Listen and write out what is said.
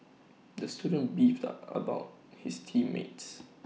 the student beefed A about his team mates